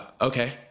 Okay